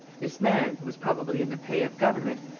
this man, who was probably in the pay of government,